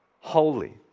holy